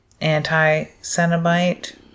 anti-Cenobite